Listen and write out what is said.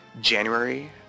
January